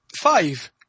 five